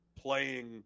playing